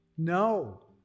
No